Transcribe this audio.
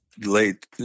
late